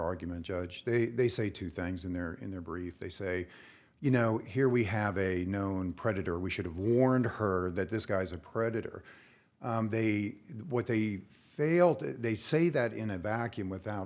argument judge they say two things in their in their brief they say you know here we have a known predator we should have warned her that this guy's a predator they what they fail to they say that in a vacuum without